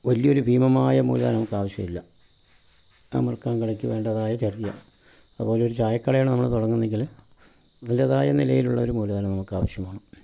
വലിയൊരു ഭീമമായ മൂലധനം നമുക്ക് ആവശ്യമില്ല മുറുക്കാൻ കടയ്ക്ക് വേണ്ടതായ ചെറിയ അതുപോലെ ഒരു ചായക്കടയാണ് നമ്മള് തുടങ്ങുന്നതെങ്കില് അതിൻ്റെതായ നിലയിലുള്ള ഒരു മൂലധനം നമുക്ക് ആവശ്യമാണ്